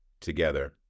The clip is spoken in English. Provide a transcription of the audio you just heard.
together